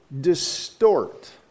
distort